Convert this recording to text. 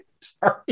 Sorry